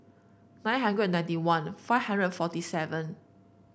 nine hundred ninety one five hundred and forty seven